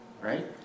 right